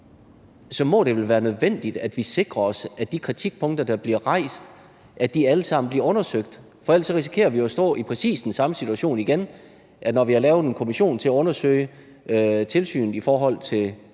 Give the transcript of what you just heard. må det vel være nødvendigt, at vi sikrer os, at de kritikpunkter, der bliver rejst, alle sammen bliver undersøgt. Ellers risikerer vi jo at stå i præcis den samme situation igen: Når vi har lavet en kommission til at undersøge tilsynet i forhold til